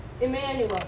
Emmanuel